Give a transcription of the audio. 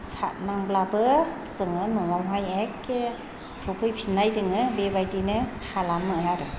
सारनांब्लाबो जोङो न'आवहाय एके सफैफिननाय जोङो बेबायदिनो खालामो आरो